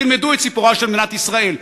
תלמדו את סיפורה של מדינת ישראל,